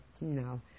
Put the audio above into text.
no